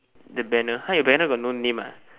the banner !huh! your banner got no name